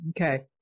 Okay